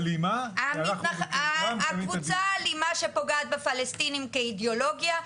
אלימה --- הקבוצה האלימה שפוגעת בפלסטינים כאידיאולוגיה,